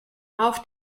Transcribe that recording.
auf